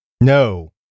No